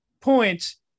points